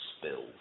spilled